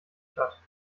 stadt